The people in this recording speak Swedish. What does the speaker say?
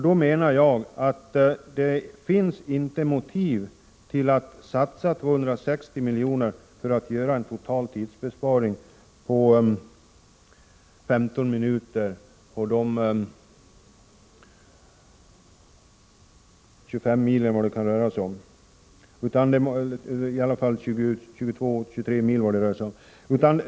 Då menar jag att det inte finns motiv för att satsa 260 miljoner för att göra en total tidsbesparing av 15 minuter på de drygt 20 mil som det kan röra sig om.